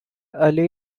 ali